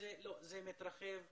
וראינו השנה לא מעט נרצחים